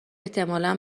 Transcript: احتمالا